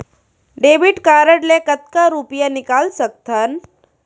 Debit card ले कतका रुपिया निकाल सकथन?